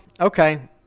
okay